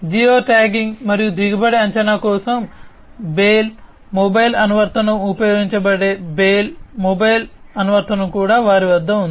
Jio tagging మరియు దిగుబడి అంచనా కోసం బేల్ మొబైల్ అనువర్తనం ఉపయోగించబడే బేల్ మొబైల్ అనువర్తనం కూడా వారి వద్ద ఉంది